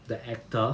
the actor